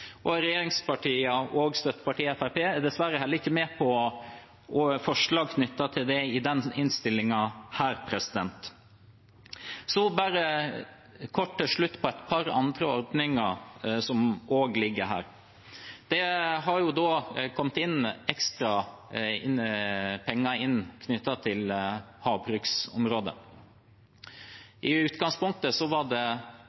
og støttepartiet Fremskrittspartiet er dessverre heller ikke med på forslag knyttet til det i denne innstillingen. Kort til slutt til et par andre ordninger som også ligger her. Det har kommet inn ekstra penger knyttet til havbruksområdet. I utgangspunktet var det